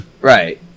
Right